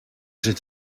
zit